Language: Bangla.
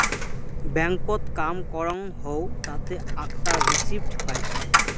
ব্যাংকত কাম করং হউ তাতে আকটা রিসিপ্ট পাইচুঙ